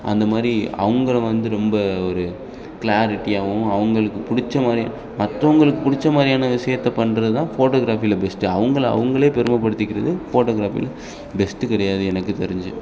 அந்த மாதிரி அவங்கள வந்து ரொம்ப ஒரு க்ளாரிட்டியாகவும் அவங்களுக்கு பிடிச்ச மாதிரி மற்றவங்களுக்கு பிடிச்ச மாதிரியான விஷயத்த பண்ணுறது தான் ஃபோட்டோக்ராஃபியில் பெஸ்ட்டு அவங்கள அவங்களே பெருமைப்படுத்திக்கிறது ஃபோட்டோக்ராஃபியில் பெஸ்ட்டு கிடையாது எனக்குத் தெரிஞ்சு